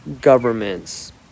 governments